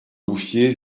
bouffier